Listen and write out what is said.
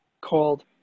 called